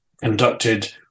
conducted